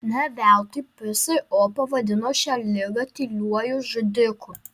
ne veltui pso pavadino šią ligą tyliuoju žudiku